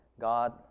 God